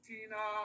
Tina